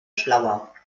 schlauer